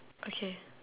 okay